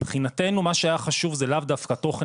מבחינתנו מה שהיה חשוב זה לאו דווקא תוכן